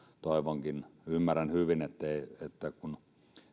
ymmärrän hyvin että